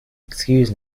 excuse